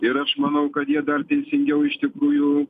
ir aš manau kad jie dar teisingiau iš tikrųjų